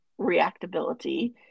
reactability